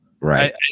Right